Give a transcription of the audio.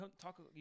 Talk